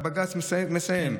בג"ץ מסיים ואומר,